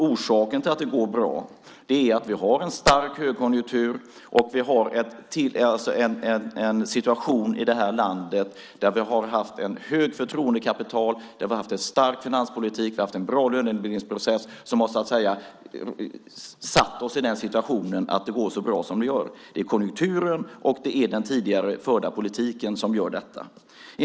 Orsaken till att det går bra är att vi har en stark högkonjunktur, att vi har en situation i det här landet där vi har haft ett högt förtroendekapital och en stark finanspolitik, en bra lönebildningsprocess som har satt oss i den situationen att det går så bra som det gör. Det är konjunkturen och den tidigare förda politiken som gör det.